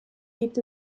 gibt